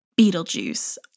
Beetlejuice